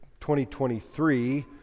2023